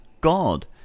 God